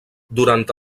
durant